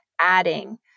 adding